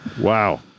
Wow